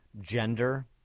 gender